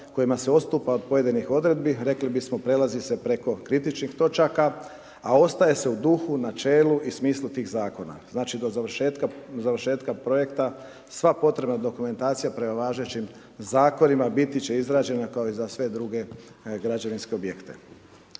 kojima se odstupa od pojedinih odredbi, rekli bismo, prelazi se preko kritičnih točaka, a ostaje se u duhu, načelu i smislu tih zakona. Znači, do završetka projekta sva potrebna dokumentacija prema važećim zakonima biti će izrađena kao i za sve druge građevinske objekte.